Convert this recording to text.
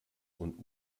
und